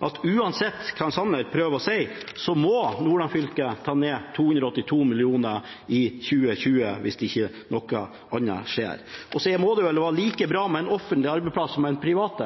Og uansett hva Sanner prøver å si, må Nordland fylke ned 282 mill. kr i 2020 hvis ikke noe annet skjer. Så må det vel være like bra med en offentlig arbeidsplass som en privat.